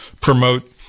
promote